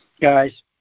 Guys